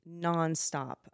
nonstop